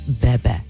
bebe